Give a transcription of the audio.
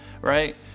right